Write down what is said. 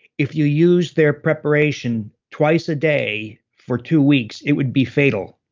if you used their preparation twice a day for two weeks, it would be fatal.